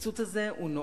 הקיצוץ הזה נואל,